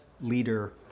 leader